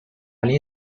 linha